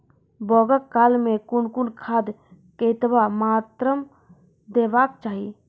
बौगक काल मे कून कून खाद केतबा मात्राम देबाक चाही?